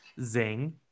Zing